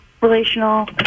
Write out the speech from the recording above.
relational